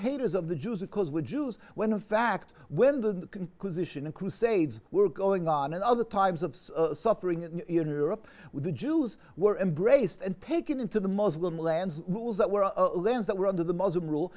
haters of the jews because we're jews when in fact when the condition of crusades were going on and other types of suffering in europe with the jews were embraced and taken into the muslim lands rules that were a lens that were under the muslim rule